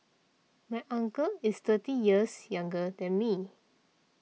my uncle is thirty years younger than me